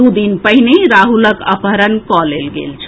दू दिन पहिने राहुलक अपहरण कऽ लेल गेल छल